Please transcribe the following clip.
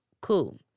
cool